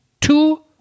two